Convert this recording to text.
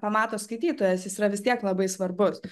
pamato skaitytojas jis yra vis tiek labai svarbus